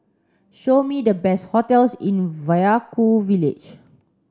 show me the best hotels in Vaiaku village